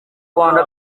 rwanda